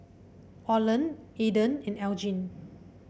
Orland Aidan and Elgin